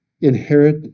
inherit